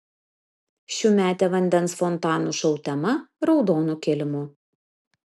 šiųmetė vandens fontanų šou tema raudonu kilimu